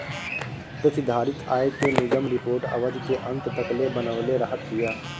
प्रतिधारित आय के निगम रिपोर्ट अवधि के अंत तकले बनवले रहत बिया